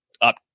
up